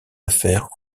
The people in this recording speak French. affaires